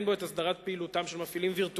בו את הסדרת פעילותם של מפעילים וירטואליים.